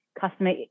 customer